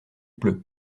pleut